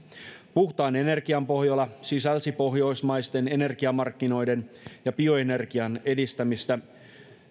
puhtaan energian pohjola sisälsi pohjoismaisten energiamarkkinoiden ja bioenergian edistämistä